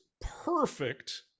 perfect